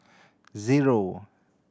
zero